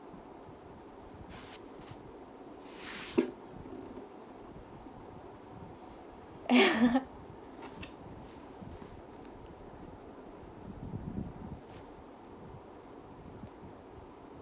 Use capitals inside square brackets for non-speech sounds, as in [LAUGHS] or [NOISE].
[LAUGHS]